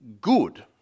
good